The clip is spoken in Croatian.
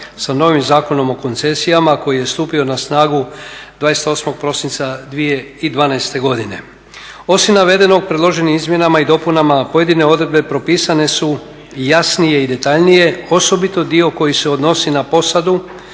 sa novim Zakonom o koncesijama koji je stupio na snagu 28. prosinca 2012. godine. Osim navedenog predloženim izmjenama i dopunama pojedine odredbe propisane su jasnije i detaljnije osobito dio koji se odnosi na posadu,